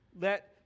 Let